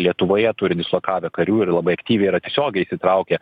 lietuvoje turi dislokavę karių ir labai aktyviai yra tiesiogiai įtraukę